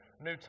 New